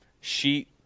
sheet